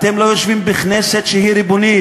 אתם לא יושבים בכנסת שהיא ריבונית.